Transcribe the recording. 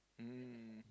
mm